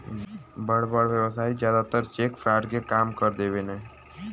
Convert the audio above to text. बड़ बड़ व्यवसायी जादातर चेक फ्रॉड के काम कर देवेने